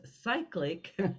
cyclic